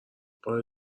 بار